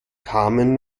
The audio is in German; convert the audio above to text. kamen